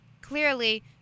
clearly